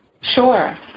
Sure